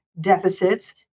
deficits